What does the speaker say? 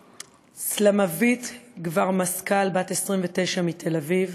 סלמאוויט גברמסקל, בת 29, מתל-אביב,